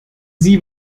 sie